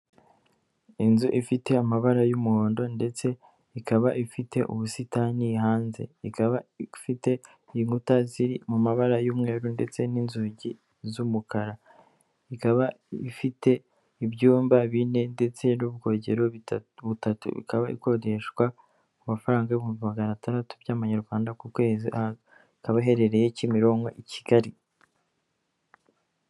Inzu ifite amabara y'umuhondo ndetse ikaba ifite ubusitani hanze, ika ifite inkuta ziri mu mabara y'umweru ndetse n'inzugi z'umukara, ikaba ifite ibyumba bine ndetse n'ubwogero butatu, ikaba ikodeshwa amafaranga ibihumbi magana atandatu by'amanyarwanda ku kwezi, ikaba iherereye Kimironko i Kigali.